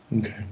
Okay